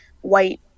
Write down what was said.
white